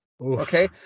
Okay